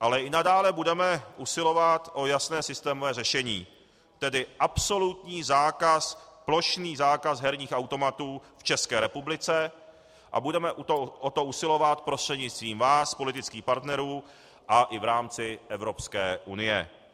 Ale i nadále budeme usilovat o jasné systémové řešení, tedy absolutní zákaz, plošný zákaz herních automatů v České republice, a budeme o to usilovat prostřednictvím vás, politických partnerů, a i v rámci Evropské unie.